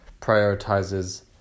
prioritizes